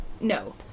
No